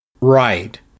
Right